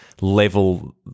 level